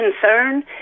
concern